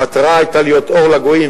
המטרה היתה להיות אור לגויים,